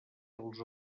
dels